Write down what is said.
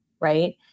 Right